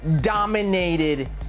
dominated